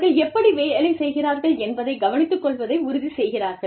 அவர்கள் எப்படி வேலை செய்கிறார்கள் என்பதை கவனித்துக் கொள்வதை உறுதி செய்கிறார்கள்